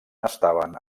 estaven